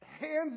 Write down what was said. hands